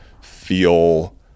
feel